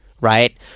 right